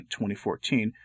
2014